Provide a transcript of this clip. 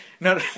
No